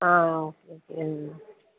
ആ okay okay